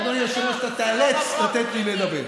כמה, כמה, כמה, נהגים, לשכות, תקציבים, ג'ובים.